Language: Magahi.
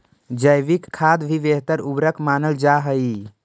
जैविक खाद भी बेहतर उर्वरक मानल जा हई